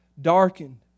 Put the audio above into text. darkened